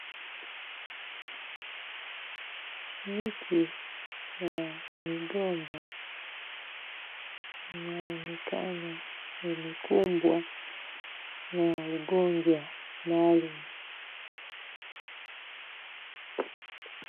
Miti ya migomba inaonekana imekumbwa na ugonjwa maalum.